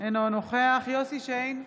אינו נוכח יוסף שיין,